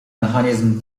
mechanizm